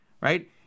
right